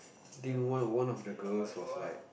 think one of one of the girls was like